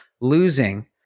losing